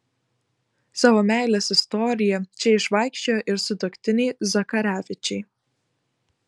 savo meilės istoriją čia išvaikščiojo ir sutuoktiniai zakarevičiai